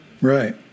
right